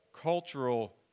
cultural